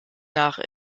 nach